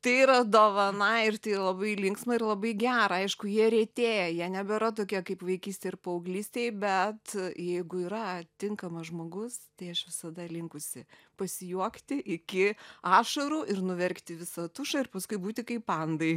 tai yra dovana ir tai yra labai linksma ir labai gera aišku jie retėja jie nebėra tokie kaip vaikystėj ir paauglystėj bet jeigu yra tinkamas žmogus tai aš visada linkusi pasijuokti iki ašarų ir nuverkti visą tušą ir paskui būti kaip pandai